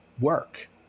work